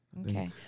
Okay